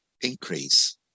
increase